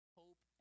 hope